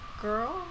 girl